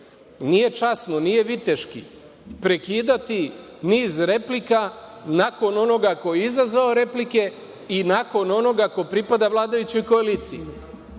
Nije časno, nije viteški prekidati niz replika nakon onoga ko je izazvao replike i nakon onoga ko pripada vladajućoj koaliciji.